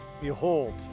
behold